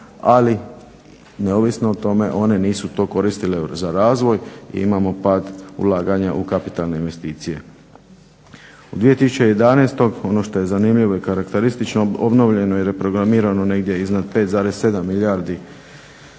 ali neovisno o tome one nisu to koristile za razvoj i imamo pad ulaganja u kapitalne investicije. U 2011. ono što je zanimljivo i karakteristično obnovljeno je i reprogramirano negdje iznad 5,7 milijardi